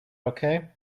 okay